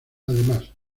además